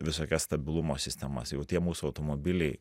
visokias stabilumo sistemas jau tie mūsų automobiliai